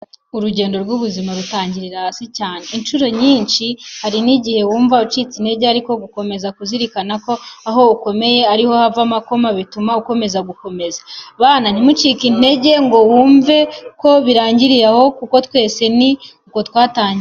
Urugendo rw'ubuzima rutangirira hasi cyane! Incuro nyinshi hari n'igihe wumva ucitse intege, ariko gukomeza kuzirikana ko ahakomeye ariho hava amakoma bituma ukomeza gukomeza. Bana, ntimugacike intege ngo mwumve ko bibarangiriyeho kuko twese ni uko twatangiye.